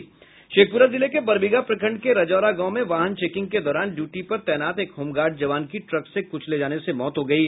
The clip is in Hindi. शेखपुरा जिले के बड़बीघा प्रखंड के रजौरा गांव में वाहन चेकिंग के दौरान ड्यिटी पर तैनात एक होमगार्ड जवान की ट्रक से कुचले जाने से मौत हो गयी